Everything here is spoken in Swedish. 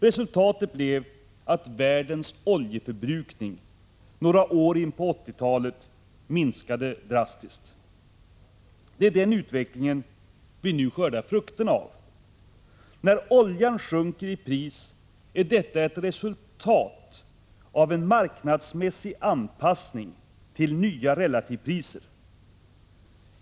Resultatet blev att världens oljeförbrukning minskade drastiskt några år in på 1980-talet. Det är denna utveckling vi nu skördar frukterna av. När oljan sjunker i pris är detta ett resultat av en marknadsmässig anpassning till nya relativpriser.